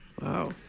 Wow